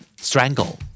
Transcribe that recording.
Strangle